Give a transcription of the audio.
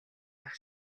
байх